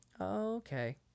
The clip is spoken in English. Okay